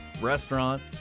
restaurant